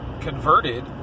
converted